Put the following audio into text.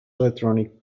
electronic